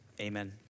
amen